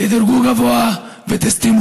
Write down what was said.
תדורגו גבוה ותסתמו.